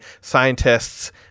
scientists